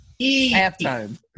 halftime